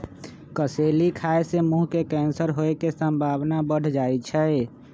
कसेली खाय से मुंह के कैंसर होय के संभावना बढ़ जाइ छइ